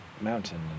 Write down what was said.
mountain